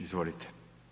Izvolite.